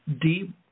deep